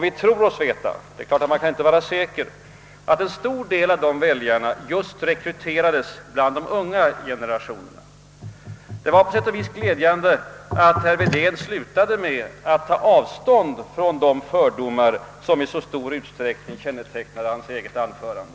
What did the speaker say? Vi tror oss veta — alldeles säker kan man inte vara — att en stor del av dessa väljare rekryterades just inom den unga generationen. Det var emellertid glädjande att herr Wedén slutade sitt anförande med att ta avstånd från de fördomar som i så stor utsträckning präglade hans eget anförande.